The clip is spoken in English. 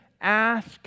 ask